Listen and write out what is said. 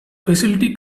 facility